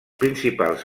principals